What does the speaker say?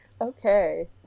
Okay